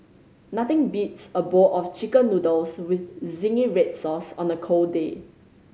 nothing beats a bowl of Chicken Noodles with zingy red sauce on a cold day